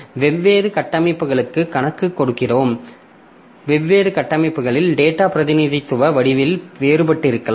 வெவ்வேறு கட்டமைப்புகளுக்கு கணக்குக் கொடுக்கிறோம் வெவ்வேறு கட்டமைப்புகளில் டேட்டா பிரதிநிதித்துவ வடிவம் வேறுபட்டிருக்கலாம்